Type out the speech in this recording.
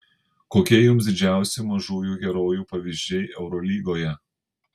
kokie jums didžiausi mažųjų herojų pavyzdžiai eurolygoje